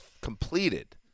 completed